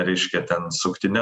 reiškia ten suktine